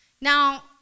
Now